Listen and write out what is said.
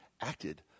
acted